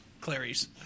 Clary's